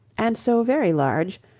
and so very large,